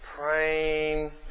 Praying